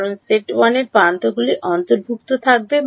কারণ সেট 1 এর প্রান্তগুলি অন্তর্ভুক্ত থাকবে